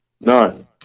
No